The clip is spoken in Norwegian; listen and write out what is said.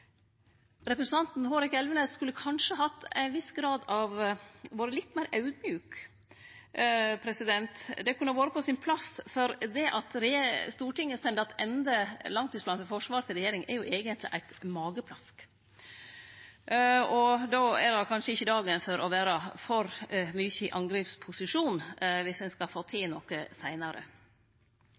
Representanten Hårek Elvenes skulle kanskje ha vore litt meir audmjuk. Det kunne ha vore på sin plass, for det at Stortinget sender attende langtidsplanen for Forsvaret til regjeringa, er eigentleg eit mageplask. Då er dette kanskje ikkje dagen for å vere for mykje i angrepsposisjon viss ein skal få til noko seinare.